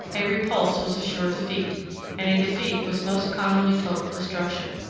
a repulse was a sure defeat and a defeat was most commonly total destruction.